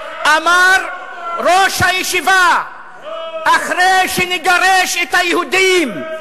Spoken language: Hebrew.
אמר ראש הישיבה: אחרי שנגרש את היהודים,